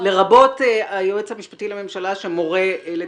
לרבות היועץ המשפטי לממשלה שמורה לתקן.